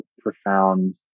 profound